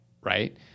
right